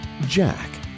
Jack